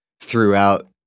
throughout